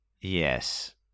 Yes